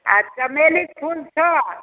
ऑंय चमेलीके फुल छौ